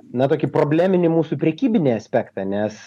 na tokį probleminį mūsų prekybinį aspektą nes